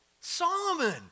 Solomon